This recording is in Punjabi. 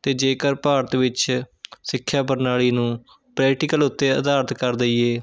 ਅਤੇ ਜੇਕਰ ਭਾਰਤ ਵਿੱਚ ਸਿੱਖਿਆ ਪ੍ਰਣਾਲੀ ਨੂੰ ਪ੍ਰੈਕਟੀਕਲ ਉੱਤੇ ਆਧਾਰਿਤ ਕਰ ਦੇਈਏ